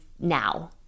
now